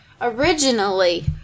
originally